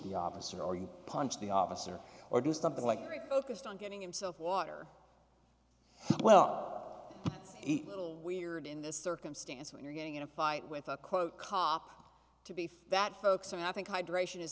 the officer or you punch the officer or do something like focused on getting himself water well that's eight little weird in this circumstance when you're getting in a fight with a quote cop to beef that folks and i think hydration is